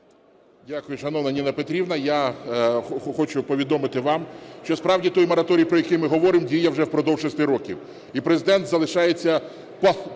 Дякую, шановна Ніна Петрівна. Я хочу повідомити вам, що справді той мораторій, про який ми говоримо, діє вже впродовж 6 років,